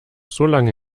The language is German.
solange